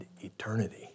eternity